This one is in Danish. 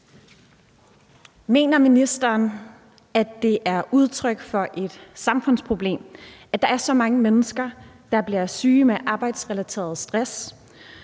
Mener ministeren, at det er udtryk for et samfundsproblem, at der er så mange mennesker, der bliver syge med arbejdsrelateret stress,